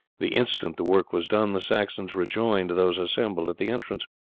the instant the work was done the saxons rejoined those assembled at the entrance.